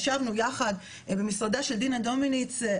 ישבנו יחד במשרדה של דינה דומיניץ,